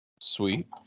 Sweet